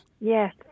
Yes